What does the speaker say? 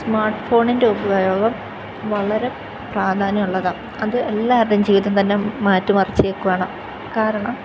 smart ഫോണിൻ്റെ ഉപയോഗം വളരെ പ്രാധാന്യം ഉള്ളതാണ് അത് എല്ലാവരുടെയും ജീവിതം തന്നെ മാറ്റിമറിച്ചേക്കുവാണ് കാരണം